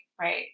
Right